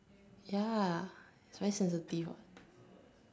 ya is very sensitive ah